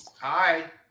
Hi